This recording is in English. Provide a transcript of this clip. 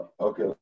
Okay